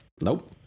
Nope